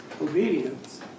obedience